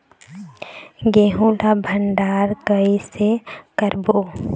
गेहूं ला भंडार कई से करबो?